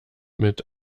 mit